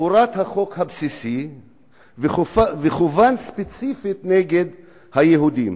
פורט החוק הבסיסי וכוון ספציפית נגד היהודים.